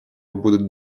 будут